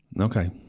Okay